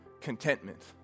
contentment